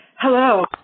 Hello